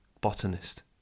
botanist